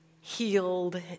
healed